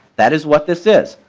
that is what this is.